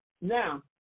Now